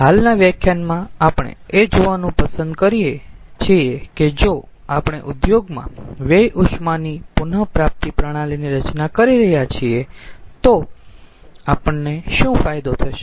હાલનાં વ્યાખ્યાનમાં આપણે એ જોવાનું પસંદ કરીયે છીએ કે જો આપણે ઉદ્યોગમાં વ્યય ઉષ્માની પુન પ્રાપ્તિ પ્રણાલીની રચના કરી રહ્યા છીએ તો આપણને શું ફાયદો થશે